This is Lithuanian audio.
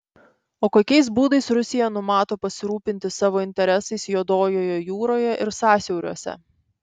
o kokiais būdais rusija numato pasirūpinti savo interesais juodojoje jūroje ir sąsiauriuose